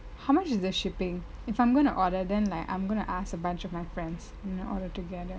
how much is the shipping if I'm going to order then like I'm going to ask a bunch of my friends and order together